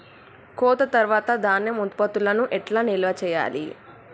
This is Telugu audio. కోత తర్వాత ధాన్యం ఉత్పత్తులను ఎట్లా నిల్వ చేయాలి?